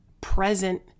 present